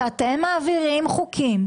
הצעת חוק, מטרת החוק, מי בעד אישור הצעת החוק?